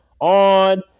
on